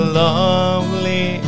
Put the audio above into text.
lovely